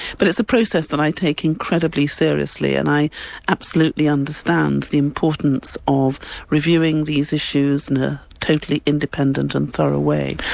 but it's a process that i take incredibly seriously, and i absolutely understand the importance of reviewing these issues in a totally independent and thorough way,